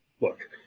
look